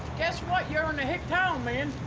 guess what, you're in a hick town, man!